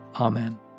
Amen